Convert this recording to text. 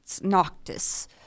Noctis